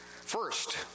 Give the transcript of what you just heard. First